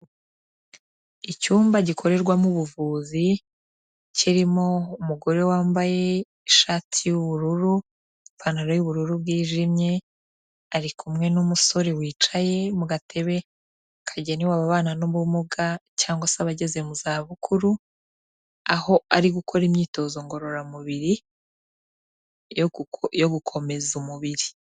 Icyumba gikorerwamo ubuvuzi, kirimo umugore wambaye ishati y'ubururu, ipantaro y'ubururu bwijimye, ari kumwe n'umusore wicaye mu gatebe kagenewe ababana n'ubumuga cyangwa se abageze mu za bukuru, aho ari gukora imyitozo ngororamubiri, yo gukomeza umubiri.